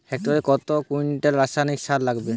হেক্টরে কত কুইন্টাল রাসায়নিক সার লাগবে?